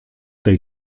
tej